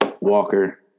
Walker